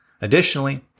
Additionally